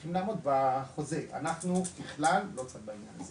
צריכים לעמוד בחוזה, אנחנו בכלל לא צד בעניין.